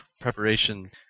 preparation